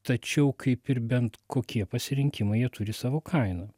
tačiau kaip ir bent kokie pasirinkimai jie turi savo kainą